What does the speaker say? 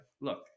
look